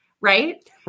right